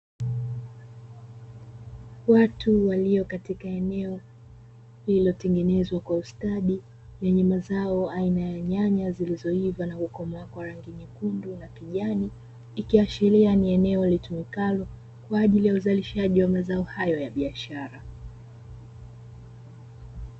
Watu walio katika eneo lililotengenezwa kwa ustadi, lenye mazao aina ya nyanya zilizoiva na kukomaa kwa rangi nyekundu na ya kijani, ikiashiria ni eneo lilitumikalo kwa ajili ya uzalishaji wa mazao hayo ya biashara.